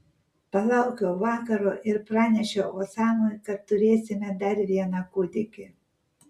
palaukiau vakaro ir pranešiau osamai kad turėsime dar vieną kūdikį